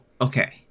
okay